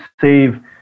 save